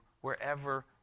wherever